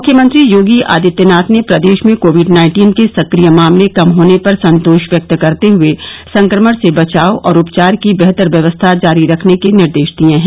मुख्यमंत्री योगी आदित्यनाथ ने प्रदेश में कोविड नाइन्टीन के सक्रिय मामले कम होने पर संतोष व्यक्त करते हुए संक्रमण से बचाव और उपचार की बेहतर व्यवस्था जारी रखने के निर्देश दिये हैं